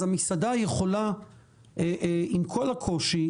אז המסעדה יכולה עם כל הקושי,